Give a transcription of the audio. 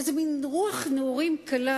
איזה מין רוח נעורים קלה,